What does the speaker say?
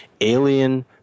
alien